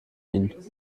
ihnen